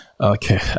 okay